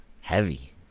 Heavy